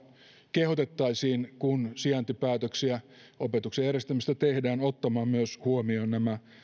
kehotettaisiin kun sijaintipäätöksiä opetuksen järjestämisestä tehdään ottamaan myös huomioon nämä